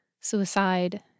suicide